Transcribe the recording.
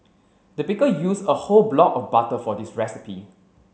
the baker used a whole block of butter for this recipe